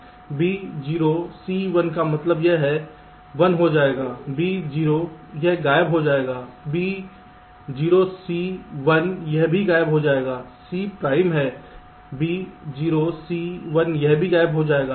B 0 C 1 का मतलब यह 1 हो जाएगा B 0 यह गायब हो जाएगा B 0 C 1 यह भी गायब हो जाएगा C Prime है B 0 C 1 यह भी गायब हो जाएगा